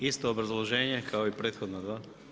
Isto obrazloženje kao i prethodna dva.